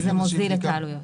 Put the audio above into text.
זה מוזיל את העלויות.